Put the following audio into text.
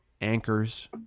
anchors